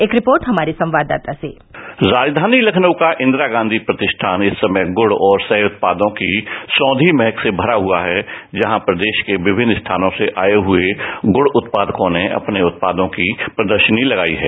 एक रिपोर्ट हमारे संवाददाता की राज्यानी लखनऊ का इंदिरा गांधी प्रतिष्ठान इस समय गुड और सह उत्पादों की सौंधी महक से भरा हुआ है जहां प्रदेश के विमिन्न स्थानों से आए हुए गुण चत्पादकों ने अपने उत्पादों की प्रदर्शनी तगाई है